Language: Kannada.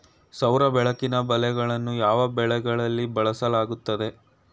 ಸೌರ ಬೆಳಕಿನ ಬಲೆಗಳನ್ನು ಯಾವ ಬೆಳೆಗಳಲ್ಲಿ ಬಳಸಲಾಗುತ್ತದೆ?